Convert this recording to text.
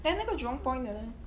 then 那个 jurong point 的 leh